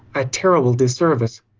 a terrible dis-service.